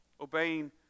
obeying